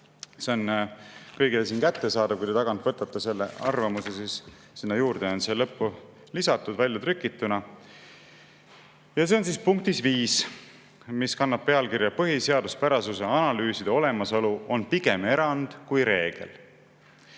See on kõigile kättesaadav. Te võite sealt tagant võtta selle arvamuse, sinna juurde on see lõppu lisatud väljatrükituna. Ja see on punktis 5, mis kannab pealkirja "Põhiseaduspärasuse analüüside olemasolu on pigem erand kui reegel".